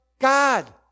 God